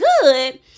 good